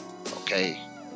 okay